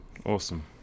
awesome